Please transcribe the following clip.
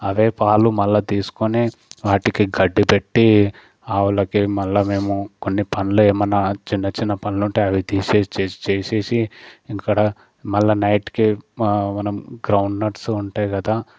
అవే పాలు మళ్ళా తీసుకొని వాటికి గడ్డి పెట్టి ఆవులకి మళ్ళా మేము కొన్ని పనులు ఎమన్నా చిన్న చిన్న పనులు ఉంటే అవి తీసే చేసేసి ఇక్కడ మళ్ళా నైట్కి మనం గ్రౌండ్ నట్స్ ఉంటాయి కదా